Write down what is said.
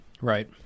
right